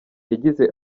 yagize